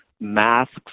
masks